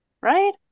Right